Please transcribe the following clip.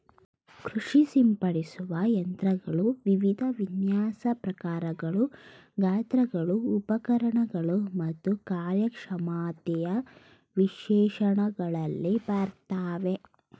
ಕೃಷಿ ಸಿಂಪಡಿಸುವ ಯಂತ್ರಗಳು ವಿವಿಧ ವಿನ್ಯಾಸ ಪ್ರಕಾರಗಳು ಗಾತ್ರಗಳು ಉಪಕರಣಗಳು ಮತ್ತು ಕಾರ್ಯಕ್ಷಮತೆಯ ವಿಶೇಷಣಗಳಲ್ಲಿ ಬರ್ತವೆ